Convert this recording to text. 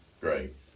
Great